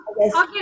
Okay